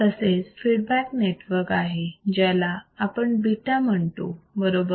तसेच feedback network आहे ज्याला आपण β म्हणतो बरोबर